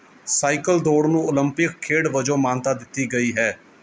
cycle ਦੌੜ ਨੂੰ Olympic ਖੇਡ ਵਜੋਂ ਮਾਨਤਾ ਦਿੱਤੀ ਗਈ ਹੈ